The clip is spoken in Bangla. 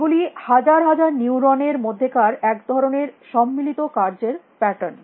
এগুলো হাজার হাজার নিউরন এর মধ্যেকার এক ধরনের সম্মিলিত কার্যের প্যাটার্ন